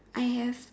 I have